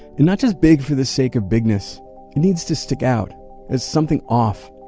and not just big for the sake of bigness. it needs to stick out as something off.